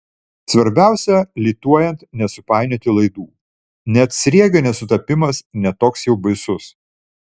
svarbiausia lituojant nesupainioti laidų net sriegio nesutapimas ne toks jau baisus